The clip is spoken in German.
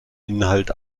inhalt